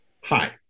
hi